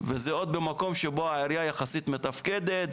וזה עוד במקום שבו העירייה יחסית מתפקדת,